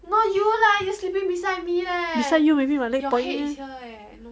beside you maybe my leg pointing eh